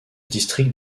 district